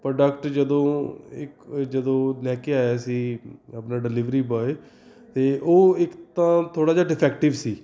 product ਜਦੋਂ ਇੱਕ ਜਦੋਂ ਲੈ ਕੇ ਆਇਆ ਸੀ ਆਪਣਾ ਡਿਲੀਵਰੀ ਬੋਆਏ ਤਾਂ ਉਹ ਇੱਕ ਤਾਂ ਥੋੜ੍ਹਾ ਜਿਹਾ ਡਿਫੈਕਟਿਵ ਸੀ